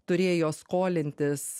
turėjo skolintis